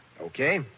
Okay